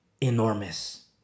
enormous